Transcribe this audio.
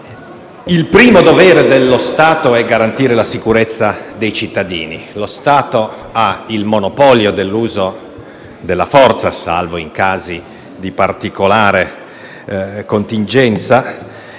il primo dovere dello Stato è garantire la sicurezza dei cittadini. Lo Stato ha il monopolio dell'uso della forza, salvo in casi di particolare contingenza,